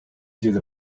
through